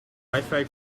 wifi